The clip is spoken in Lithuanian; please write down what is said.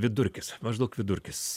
vidurkis maždaug vidurkis